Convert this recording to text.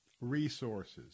resources